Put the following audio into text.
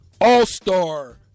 all-star